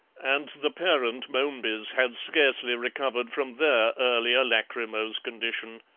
and the parent momebys had scarcely recovered from their earlier lachrymose condition.